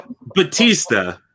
Batista